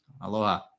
Aloha